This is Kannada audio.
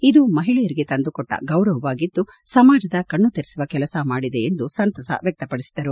ಇದು ಮಹಿಳೆಯರಿಗೆ ತಂದುಕೊಟ್ಟ ಗೌರವವಾಗಿದ್ದು ಸಮಾಜದ ಕಣ್ಣು ತೆರೆಸುವ ಕೆಲಸ ಮಾಡಿದೆ ಎಂದು ಸಂತಸ ವ್ಯಕ್ತಪಡಿಸಿದರು